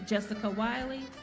jessica wiley,